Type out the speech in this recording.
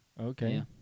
Okay